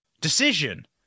decision